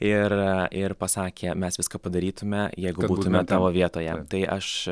ir ir pasakė mes viską padarytumėme jeigu būtumėme tavo vietoje tai aš